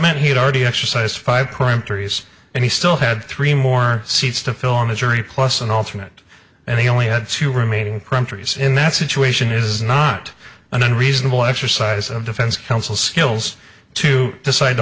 meant he'd already exercise five current theories and he still had three more seats to fill in the jury plus an alternate and he only had two remaining primaries in that situation is not an unreasonable exercise of defense counsel skills to decide to